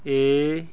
A